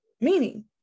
Meaning